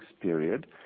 period